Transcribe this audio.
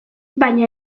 baina